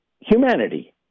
humanity